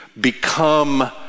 become